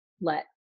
let